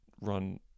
run